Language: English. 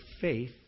faith